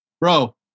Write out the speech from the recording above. bro